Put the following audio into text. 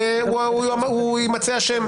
הוא יימצא אשם.